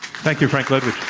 thank you, frank ledwidge.